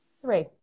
Three